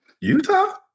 Utah